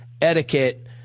etiquette